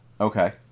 Okay